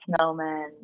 snowmen